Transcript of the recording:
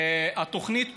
והתוכנית,